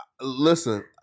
Listen